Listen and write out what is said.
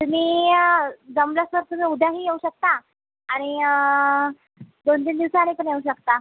तुम्ही जमलच तर तुम्ही उद्याही येऊ शकता आणि दोन तीन दिवसांनी पण येऊ शकता